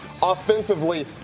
offensively